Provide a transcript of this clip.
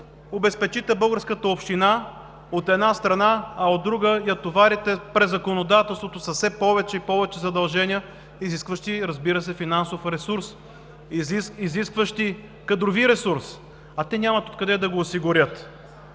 обезпечите българската община, от една страна, а, от друга, я товарите през законодателството с все повече и повече задължения, изискващи, разбира се, финансов ресурс, изискващи кадрови ресурс. А те нямат откъде да го осигурят.